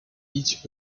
each